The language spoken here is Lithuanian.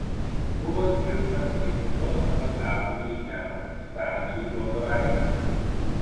buvo skirta lietuvos ambasadoriui jav stasiui lozoraičiui